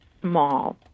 small